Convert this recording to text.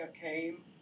came